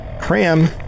Cram